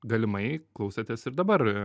galimai klausėtės ir dabar